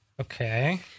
Okay